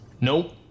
Nope